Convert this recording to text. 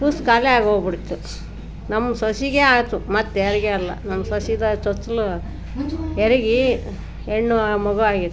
ಕುಸ್ ಖಾಲಿ ಆಗಿ ಹೋಗಿಬಿಡ್ತು ನಮ್ಮ ಸೊಸೆಗೆ ಆಯ್ತು ಮತ್ತು ಯಾರಿಗೆ ಅಲ್ಲ ನಮ್ಮ ಸೊಸೆದ ಚೊಚ್ಲ ಹೆರಿಗೆ ಹೆಣ್ಣು ಮಗು ಆಗಿತ್ತು